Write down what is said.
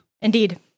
Indeed